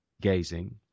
gazing